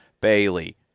Bailey